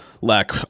lack